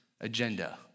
agenda